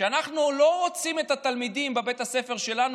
אנחנו לא רוצים את התלמידים בבית הספר שלנו,